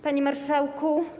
Panie Marszałku!